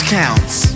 counts